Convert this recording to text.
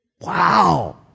Wow